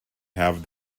have